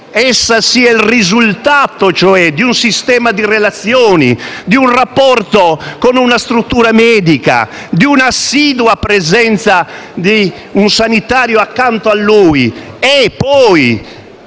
essa sia cioè il risultato di un sistema di relazioni, di un rapporto con una struttura medica, di un'assidua presenza di un sanitario accanto a lui e,